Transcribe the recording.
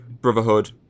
Brotherhood